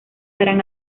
gran